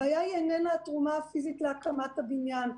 הבעיה איננה התרומה הפיזית להקמת הבניין,